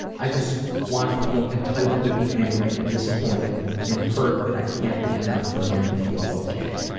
i just want to feel entitled to be angry and disappointed and hurt that i can't be enough for him to feel okay.